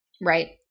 Right